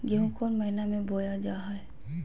गेहूँ कौन महीना में बोया जा हाय?